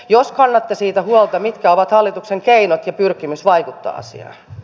jos kannatte siitä huolta mitkä ovat hallituksen keinot ja pyrkimys vaikuttaa asiaan